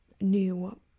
new